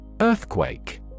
Earthquake